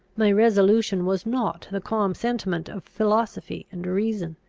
my resolution was not the calm sentiment of philosophy and reason.